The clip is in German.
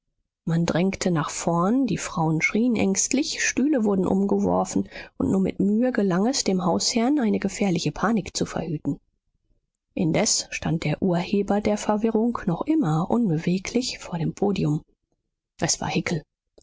man drängte nach vorn die frauen schrien ängstlich stühle wurden umgeworfen und nur mit mühe gelang es dem hausherrn eine gefährliche panik zu verhüten indes stand der urheber der verwirrung noch immer unbeweglich vor dem podium es war